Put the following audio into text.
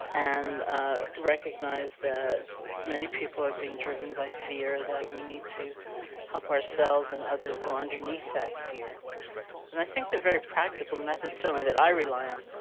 and recognize that many people are being driven by fear, that we need to help ourselves and others go underneath that fear and i think the very practical methods certainly that i rely on,